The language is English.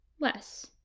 less